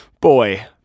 Boy